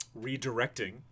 redirecting